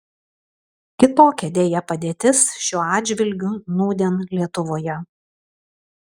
kitokia deja padėtis šiuo atžvilgiu nūdien lietuvoje